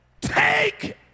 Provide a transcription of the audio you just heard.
Take